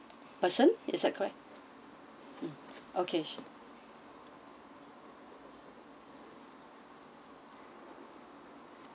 person is that correct mm okay